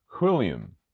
William